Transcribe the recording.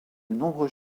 nombreux